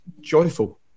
joyful